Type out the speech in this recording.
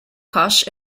cache